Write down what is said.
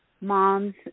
mom's